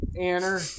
Anner